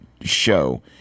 show